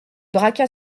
braqua